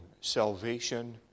salvation